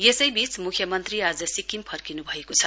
यसैबीच मुख्यमन्त्री आज सिक्किम फर्किनु भएको छ